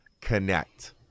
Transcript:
connect